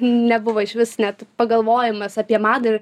nebuvo išvis net pagalvojimas apie madą ir